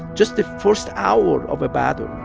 just the first hour of a battle.